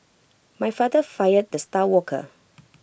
my father fired the star worker